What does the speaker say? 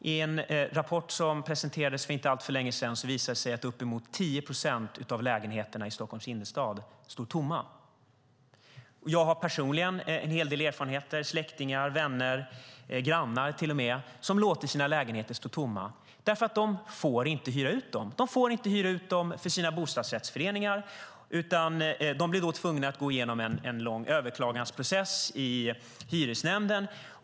Enligt en rapport som kom för inte alltför länge sedan står uppemot 10 procent av lägenheterna i Stockholms innerstad tomma. Jag har personligen en hel del erfarenheter av det; släktingar, vänner, grannar låter sina lägenheter stå tomma. De får nämligen inte hyra ut dem för sina bostadsrättsföreningar utan blir i så fall tvungna att genomgå en lång överklagandeprocess i Hyresnämnden.